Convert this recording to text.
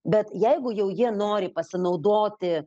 bet jeigu jau jie nori pasinaudoti